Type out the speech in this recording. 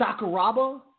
Sakuraba